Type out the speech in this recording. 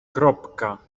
kropka